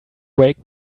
wake